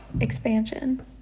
expansion